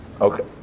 Okay